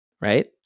right